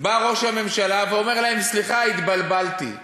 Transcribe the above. בא ראש הממשלה ואומר להם: סליחה, התבלבלתי.